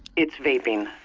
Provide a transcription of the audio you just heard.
it's vaping.